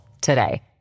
today